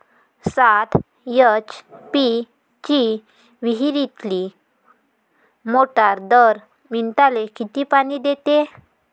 सात एच.पी ची विहिरीतली मोटार दर मिनटाले किती पानी देते?